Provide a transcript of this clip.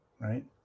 Right